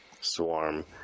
Swarm